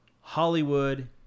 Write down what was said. hollywood